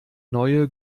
neue